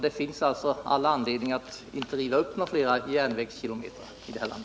Det finns alltså all anledning att inte riva upp fler järnvägskilometrar i detta land.